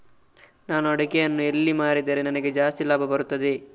ನಾನು ಅಡಿಕೆಯನ್ನು ಎಲ್ಲಿ ಮಾರಿದರೆ ನನಗೆ ಜಾಸ್ತಿ ಲಾಭ ಬರುತ್ತದೆ?